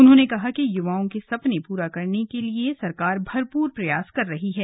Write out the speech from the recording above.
उन्होंने कहा कि युवाओं के सपने पूरा करने के लिए सरकार भरपूर प्रयास कर रही है